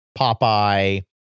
Popeye